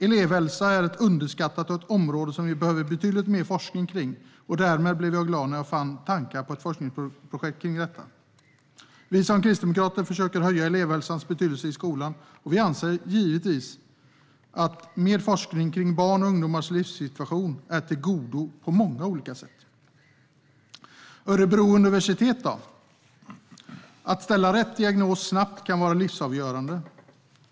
Elevhälsa är underskattat och ett område som vi behöver betydligt mer forskning kring, och därför blev jag glad när jag fann tankar på ett forskningsprojekt kring detta. Vi kristdemokrater försöker höja elevhälsans betydelse i skolan, och vi anser givetvis att mer forskning kring barns och ungdomars livssituation är av godo på många olika sätt. Örebro universitet då? Att ställa rätt diagnos snabbt kan vara livsavgörande.